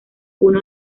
uno